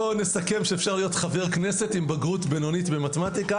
בוא נסכם שאפשר להיות חבר כנסת עם בגרות בינונית במתמטיקה.